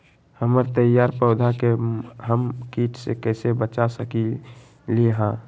हमर तैयार पौधा के हम किट से कैसे बचा सकलि ह?